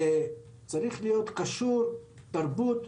זה צריך להיות קשור לתרבות,